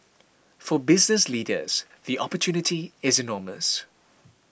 for business leaders the opportunity is enormous